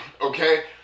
okay